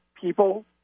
people